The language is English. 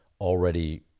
already